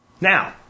Now